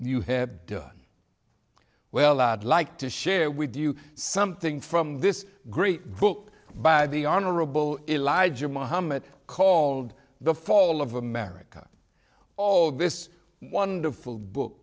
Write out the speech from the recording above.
you have done well i'd like to share with you something from this great book by the honorable elijah muhammad called the fall of america all this wonderful book